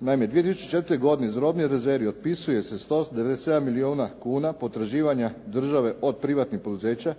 Naime, 2004. godine iz robnih rezervi otpisuje se 197 milijuna kuna potraživanja države od privatnih poduzeća